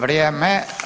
Vrijeme.